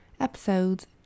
episodes